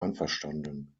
einverstanden